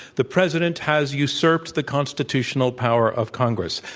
the president has usurped the constitutional power of congress.